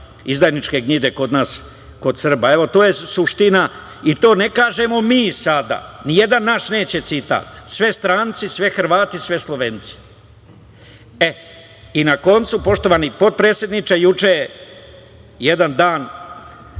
izdajničke gnjide kod nas, kod Srba. Evo, to je suština i to ne kažemo mi sada. Nijedan naš neće citat, sve stranci, sve Hrvati, sve Slovenci. Na koncu, poštovani potpredsedniče, juče je jedan dan